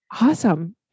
awesome